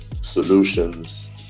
solutions